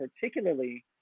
particularly